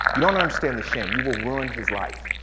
you don't understand the shame, you will ruin his life.